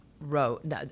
wrote